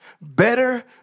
better